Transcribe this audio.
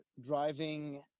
driving